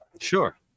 Sure